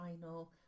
final